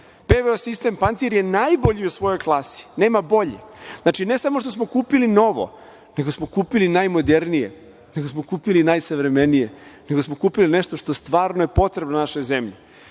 PVO sistem pancir je najbolji u svojoj klasi, nema boljih. Znači, ne samo što smo kupili novo, nego smo kupili najmodernije, nego smo kupili najsavremenije, nego smo kupili nešto što je stvarno potrebno našoj zemlji.